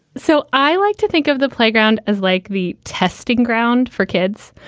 so i like to think of the playground as like the testing ground for kids.